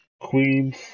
Queens